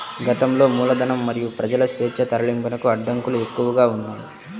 గతంలో మూలధనం మరియు ప్రజల స్వేచ్ఛా తరలింపునకు అడ్డంకులు ఎక్కువగా ఉన్నాయి